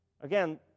Again